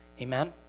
Amen